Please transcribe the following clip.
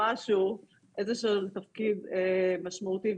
נושאת בתפקיד משמעותי,